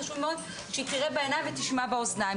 שחשוב מאוד שהוועדה תראה בעיניים ותשמע באוזניים.